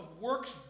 works